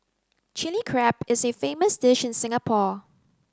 Chilli Crab is a famous dish in Singapore